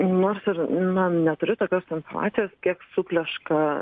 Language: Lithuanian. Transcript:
nors ir na neturiu tokios informacijos kiek supleška